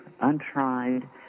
untried